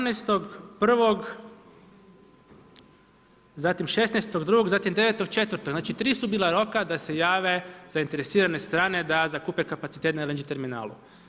17.1., zatim 16.2., zatim 9.4., znači tri su bila roka da se jave zainteresirane strane da zakupe kapacitet na LNG terminalu.